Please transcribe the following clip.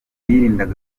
yirinda